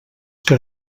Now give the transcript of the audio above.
que